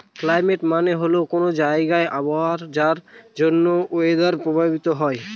climate মানে হল কোনো জায়গার আবহাওয়া যার জন্য ওয়েদার প্রভাবিত হয়